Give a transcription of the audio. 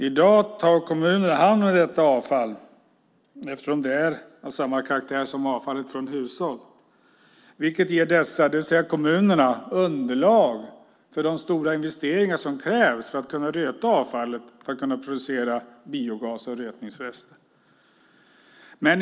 I dag tar kommunerna hand om detta avfall, eftersom det är av samma karaktär som avfallet från hushåll, vilket ger dessa, det vill säga kommunerna, underlag för de stora investeringar som krävs för att kunna röta avfallet till biogas och rötningsrester.